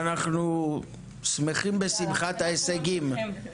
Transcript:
אנחנו שמחים בשמחת ההישגים.